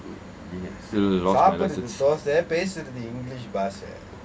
சரி:sari